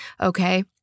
okay